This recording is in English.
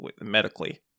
medically